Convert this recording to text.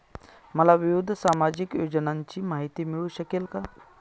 मला विविध सामाजिक योजनांची माहिती मिळू शकेल का?